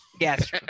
Yes